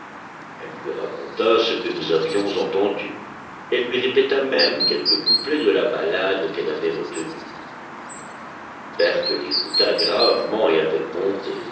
elle lui raconta ce que nous avions entendu et lui répéta même quelques couplets de la ballade qu'elle avait retenus berthe l'écouta gravement et avec bonté